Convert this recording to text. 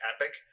epic